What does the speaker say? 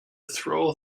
throw